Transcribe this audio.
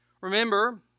Remember